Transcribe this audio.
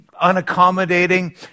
unaccommodating